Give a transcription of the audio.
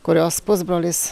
kurios pusbrolis